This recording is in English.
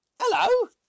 Hello